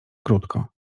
krótko